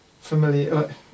familiar